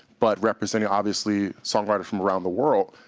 but representing obviously songwriters from around the world,